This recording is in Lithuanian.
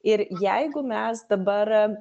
ir jeigu mes dabar